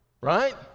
right